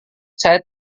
saya